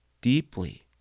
deeply